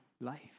life